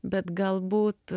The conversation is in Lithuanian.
bet galbūt